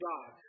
God